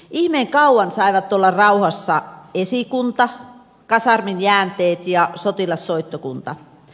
ihmeen kauan saivat olla rauhassa esikunta kasarmin jäänteet ja sotilassoittokunta